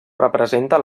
representa